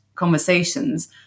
conversations